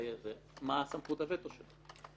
מה סמכות הווטו שלו?